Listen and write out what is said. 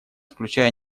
включая